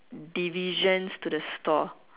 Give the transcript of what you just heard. divisions to the store